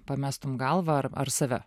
pamestum galvą ar ar save